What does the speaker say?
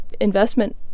investment